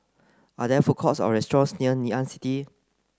are there food courts or restaurants near Ngee Ann City